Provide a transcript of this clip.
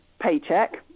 paycheck